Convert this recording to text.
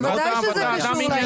ודאי שזה קשור.